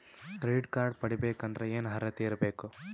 Credit card ಪಡಿಬೇಕಂದರ ಏನ ಅರ್ಹತಿ ಇರಬೇಕು?